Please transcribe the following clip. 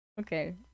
Okay